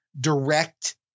direct